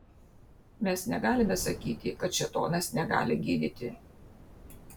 mes negalime sakyti kad šėtonas negali gydyti